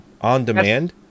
On-demand